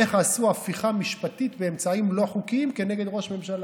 איך עשו הפיכה משפטית באמצעים לא חוקיים כנגד ראש ממשלה.